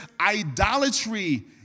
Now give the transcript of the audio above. idolatry